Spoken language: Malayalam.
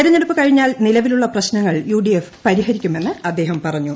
തെരഞ്ഞെടുപ്പ് കഴിഞ്ഞാൽ നിലവിലുളള പ്രശ്നങ്ങൾ യു ഡി എഫ് പരിഹരിക്കുമെന്ന് അദ്ദേഹം പറഞ്ഞു